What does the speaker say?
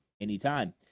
anytime